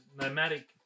nomadic